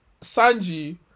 Sanji